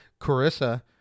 Carissa